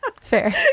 fair